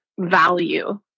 value